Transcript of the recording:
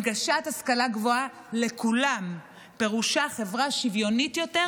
הנגשת השכלה גבוהה לכולם פירושה חברה שוויונית יותר